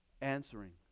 answering